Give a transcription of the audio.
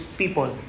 people